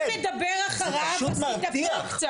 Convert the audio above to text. זה פשוט מרתיח.